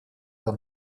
der